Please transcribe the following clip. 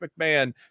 McMahon